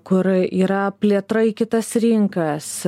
kur yra plėtra į kitas rinkas